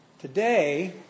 Today